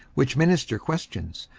which minister questions,